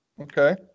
Okay